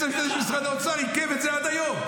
המשפטי של משרד האוצר עיכבו את זה עד היום.